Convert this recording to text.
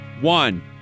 one